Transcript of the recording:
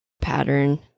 pattern